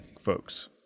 folks